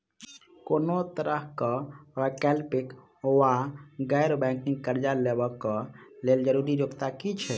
कोनो तरह कऽ वैकल्पिक वा गैर बैंकिंग कर्जा लेबऽ कऽ लेल जरूरी योग्यता की छई?